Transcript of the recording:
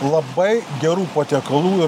labai gerų patiekalų